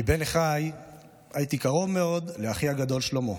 מבין אחיי הייתי קרוב מאוד לאחי הגדול שלמה.